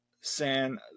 San